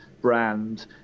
brand